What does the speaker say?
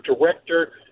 director